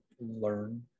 learn